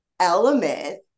element